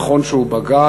נכון שהוא בגד,